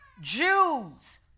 Jews